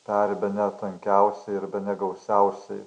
peri bene tankiausiai ir bene gausiausiai